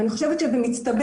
אני חושבת שבמצטבר,